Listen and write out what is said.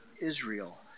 Israel